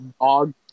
Dog